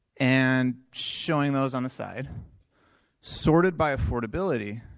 and showing those on the side sorted by affordability